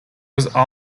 also